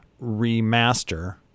remaster